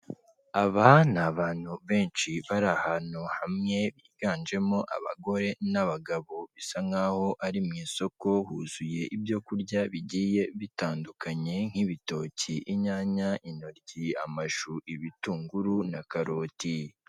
Aba ni abantu benshi bari ahantu hamwe biganjemo abagore n'abagabo, bisa nk'aho ari mu isoko huzuye ibyo kurya bigiye bitandukanye nk'ibitoki, inyanya, intoryi, amashu, ibitunguru na karoti.